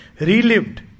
relived